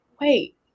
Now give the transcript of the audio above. wait